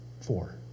four